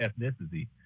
ethnicity